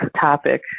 topic